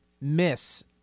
miss